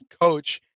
coach